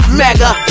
mega